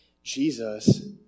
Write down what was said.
Jesus